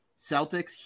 Celtics